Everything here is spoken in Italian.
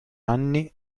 anni